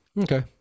Okay